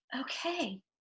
okay